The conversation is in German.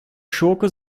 schurke